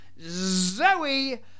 Zoe